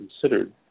considered